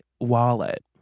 wallet